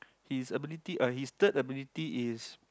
his ability uh his third ability is